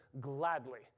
gladly